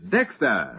Dexter